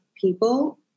people